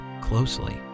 closely